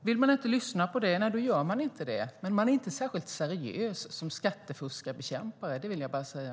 Vill man inte lyssna på det gör man inte det, men man är inte särskilt seriös som skattefuskarbekämpare - det vill jag bara säga.